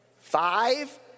Five